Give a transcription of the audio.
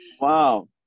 Wow